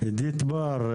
אידית בר,